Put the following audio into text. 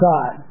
God